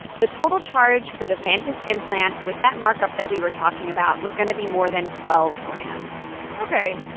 the total charge for the vantas implant with that markup that we were talking about was going to be more than twelve grand ok.